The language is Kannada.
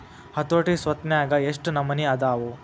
ಹತೋಟಿ ಸ್ವತ್ನ್ಯಾಗ ಯೆಷ್ಟ್ ನಮನಿ ಅದಾವು?